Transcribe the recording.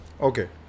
Okay